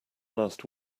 last